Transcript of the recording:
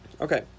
Okay